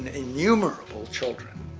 innumerable children.